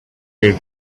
hear